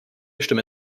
stimme